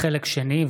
חלק שני,